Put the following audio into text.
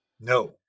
No